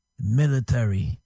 military